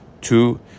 Two